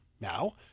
Now